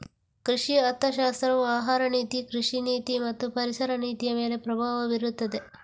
ಕೃಷಿ ಅರ್ಥಶಾಸ್ತ್ರವು ಆಹಾರ ನೀತಿ, ಕೃಷಿ ನೀತಿ ಮತ್ತು ಪರಿಸರ ನೀತಿಯಮೇಲೆ ಪ್ರಭಾವ ಬೀರುತ್ತದೆ